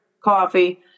coffee